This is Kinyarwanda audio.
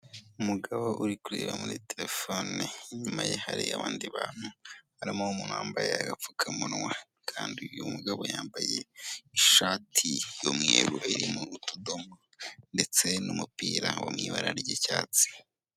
Umugabo uri kureba muri telefone, inyuma ye hari abandi bantu, barimo umwambaye agapfukamunwa kandi uyu mugabo yambaye ishati y'umweru irimo utudomo ndetse n'umupira wo mwibara ry'icyatsi